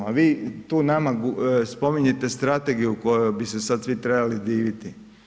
A vi tu nama spominjete strategiju kojoj bi se sad svi trebali diviti.